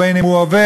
בין שהוא עובד,